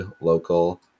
local